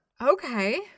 Okay